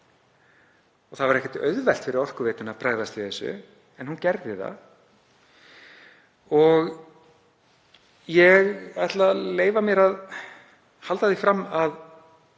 Það var ekki auðvelt fyrir Orkuveituna að bregðast við því en hún gerði það. Ég ætla að leyfa mér að halda því fram að